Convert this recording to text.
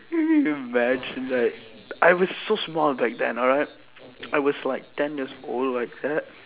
can you imagine like I was so small back then alright I was like ten years old like that